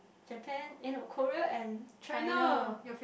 Japan eh Korea and China